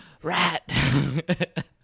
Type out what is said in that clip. Rat